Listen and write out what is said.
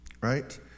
Right